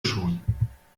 schon